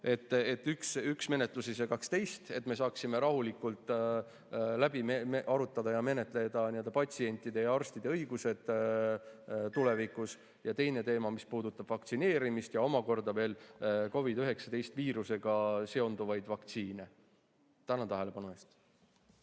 et üks menetlus ei segaks teist, et me saaksime rahulikult läbi arutada ja menetleda patsientide ja arstide õigused tulevikus. Ja teine teema on see, mis puudutab vaktsineerimist ja omakorda veel COVID‑19 viirusega seonduvaid vaktsiine. Tänan tähelepanu eest!